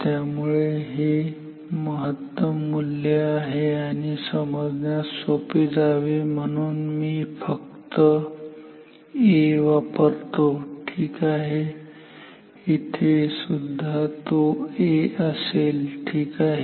त्यामुळे हे महत्तम मूल्य आहे हे आणि समजण्यास सोपे जावे म्हणून मी फक्त A वापरतो ठीक आहे इथेसुद्धा तो A असेल ठीक आहे